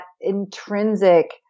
intrinsic